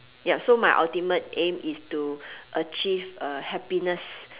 ya so my ultimate aim is to achieve uh happiness